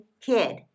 kid